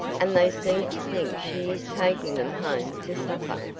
and they seem to think she is taking them home to supper!